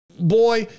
Boy